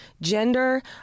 gender